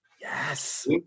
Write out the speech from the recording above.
Yes